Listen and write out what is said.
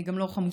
אני גם לא חמוצה,